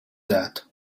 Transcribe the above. that